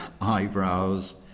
eyebrows